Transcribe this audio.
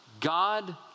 God